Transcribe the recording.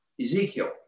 Ezekiel